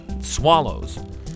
swallows